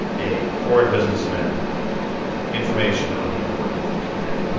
a foreign businessman information on the inner workings of the campaign